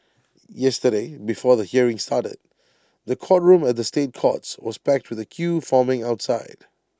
yesterday before the hearing started the courtroom at the state courts was packed with A queue forming outside